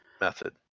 method